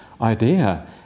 idea